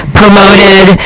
promoted